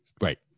right